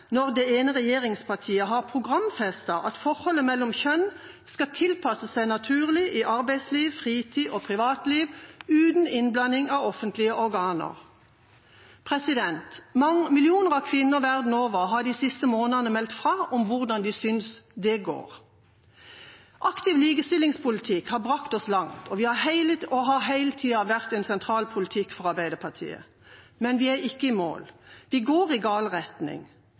når det ene regjeringspartiet har programfestet at forholdet mellom kjønn skal «tilpasse seg naturlig i arbeidsliv, fritid og privatliv, uten innblanding av offentlige organer». Millioner av kvinner verden over har de siste månedene meldt fra om hvordan de synes det går. Aktiv likestillingspolitikk har brakt oss langt og har hele tida vært sentral politikk for Arbeiderpartiet. Men vi er ikke i mål. Vi går i gal retning.